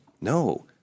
no